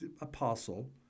apostle